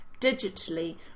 digitally